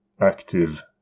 active